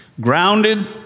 grounded